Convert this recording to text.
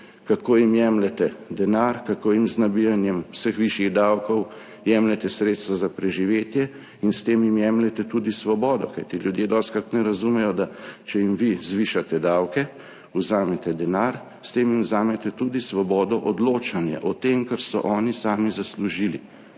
kako jim jemljete denar, kako jim z nabijanjem vse višjih davkov jemljete sredstva za preživetje, in s tem jim jemljete tudi svobodo. Kajti ljudje dostikrat ne razumejo, da če jim vi zvišate davke, vzamete denar, jim s tem vzamete tudi svobodo odločanja o tem, kar so oni sami zaslužili.